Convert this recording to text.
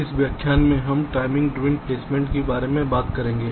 इस व्याख्यान में हम टाइमिंग ड्रिवेन प्लेसमेंट के बारे में बात करेंगे